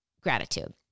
gratitude